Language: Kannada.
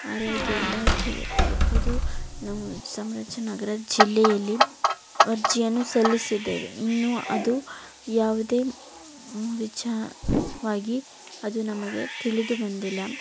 ಆರೋಗ್ಯ ಇಲಾಖೆ ಆಗಿರ್ಬೋದು ನಮ್ಮ ಚಾಮರಾಜನಗರ ಜಿಲ್ಲೆಯಲ್ಲಿ ಅರ್ಜಿಯನ್ನು ಸಲ್ಲಿಸಿದ್ದೇವೆ ಇನ್ನೂ ಅದು ಯಾವುದೇ ವಿಚಾರವಾಗಿ ಅದು ನಮಗೆ ತಿಳಿದು ಬಂದಿಲ್ಲ